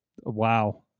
Wow